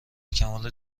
کمال